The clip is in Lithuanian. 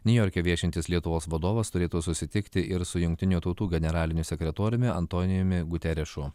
niujorke viešintis lietuvos vadovas turėtų susitikti ir su jungtinių tautų generaliniu sekretoriumi antonijumi guterišu